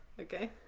Okay